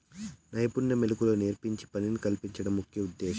నైపుణ్య మెళకువలు నేర్పించి పని కల్పించడం ముఖ్య ఉద్దేశ్యం